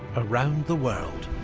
around the world.